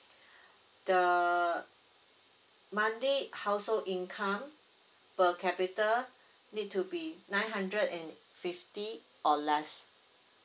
the monthly household income per capita need to be nine hundred and fifty or less